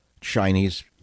Chinese